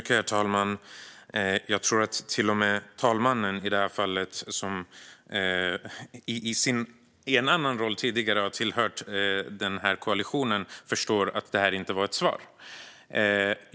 Herr talman! Jag tror att till och med talmannen, som tidigare i en annan roll har tillhört den här koalitionen, förstår att det här inte var ett svar.